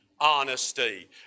honesty